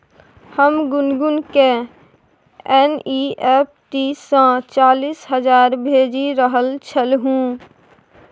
हम गुनगुनकेँ एन.ई.एफ.टी सँ चालीस हजार भेजि रहल छलहुँ